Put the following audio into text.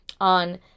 on